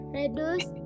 reduce